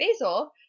basil